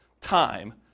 time